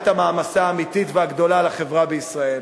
את המעמסה האמיתית והגדולה לחברה בישראל.